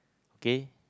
K